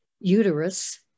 uterus